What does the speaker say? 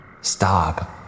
Stop